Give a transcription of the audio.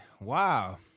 Wow